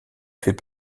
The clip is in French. fait